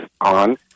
on